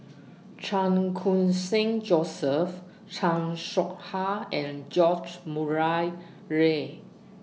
Chan Khun Sing Joseph Chan Soh Ha and George Murray Reith